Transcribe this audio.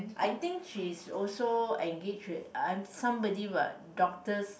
I think she's also engage with I am somebody what doctors